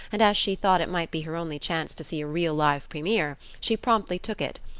and as she thought it might be her only chance to see a real live premier, she promptly took it,